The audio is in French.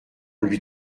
lui